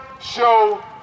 show